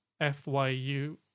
FYU